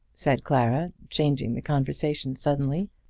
said clara, changing the conversation suddenly.